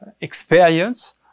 experience